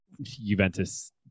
Juventus